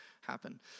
happen